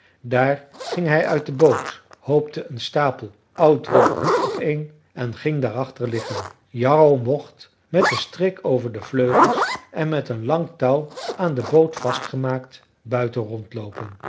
daar ging hij uit de boot hoopte een stapel oud droog riet opeen en ging daarachter liggen jarro mocht met den strik over de vleugels en met een lang touw aan de boot vastgemaakt buiten